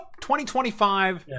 2025